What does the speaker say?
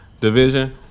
division